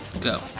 Go